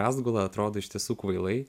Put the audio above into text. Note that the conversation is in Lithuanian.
rąstgula atrodo iš tiesų kvailai